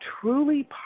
truly